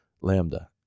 Lambda